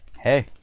Hey